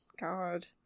God